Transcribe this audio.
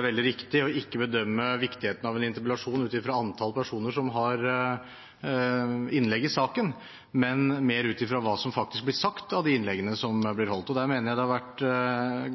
veldig riktig ikke å bedømme viktigheten av en interpellasjon ut fra antall personer som har innlegg i saken, men mer ut fra hva som faktisk blir sagt i de innleggene som blir holdt. Der mener jeg det har vært